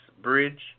Bridge